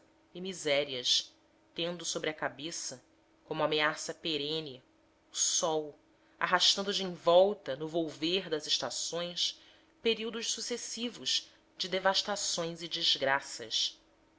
e misérias tendo sobre a cabeça como ameaça perene o sol arrastando de envolta no volver das estações períodos sucessivos de desvastações e desgraças